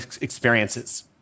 experiences